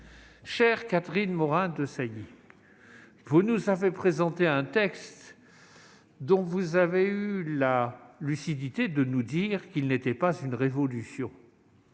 chère Catherine Morin-Desailly, vous nous avez présenté un texte dont vous avez eu la lucidité de nous dire qu'il ne constituait pas une révolution.